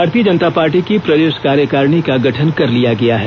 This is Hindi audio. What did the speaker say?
भारतीय जनता पार्टी की प्रदेष कार्यकारिणी का गठन कर लिया गया है